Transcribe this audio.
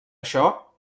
això